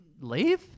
leave